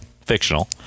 Fictional